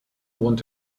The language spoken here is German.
wohnt